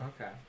Okay